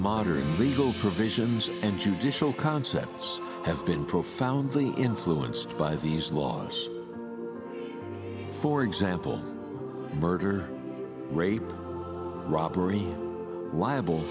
modern legal for visions and judicial concepts have been profoundly influenced by these laws for example murder rape robbery liable